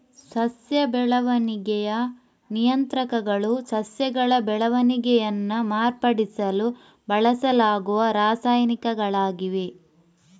ಸಸ್ಯ ಬೆಳವಣಿಗೆಯ ನಿಯಂತ್ರಕಗಳು ಸಸ್ಯಗಳ ಬೆಳವಣಿಗೆಯನ್ನ ಮಾರ್ಪಡಿಸಲು ಬಳಸಲಾಗುವ ರಾಸಾಯನಿಕಗಳಾಗಿವೆ